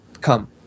Come